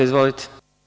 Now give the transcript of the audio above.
Izvolite.